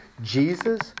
Jesus